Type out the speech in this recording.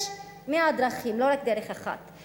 יש מאה דרכים, לא רק דרך אחת.